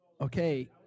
Okay